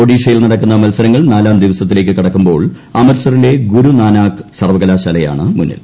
ഒഡീഷയിൽ നടക്കുന്ന മത്സരങ്ങൾ നാലാം ദിവസത്തിലേക്ക് കടക്കുമ്പോൾ അമൃത്സറിലെ ഗുരുനാനാക്ക് സർവകലാശാലയാണ് മുന്നിൽ